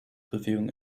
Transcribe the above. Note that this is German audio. bewegung